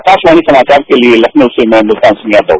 आकांशवाणी समाचार के लिए लखनऊ से मैं मुलतान सिंह यादव